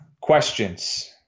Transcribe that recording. questions